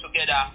together